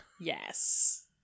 Yes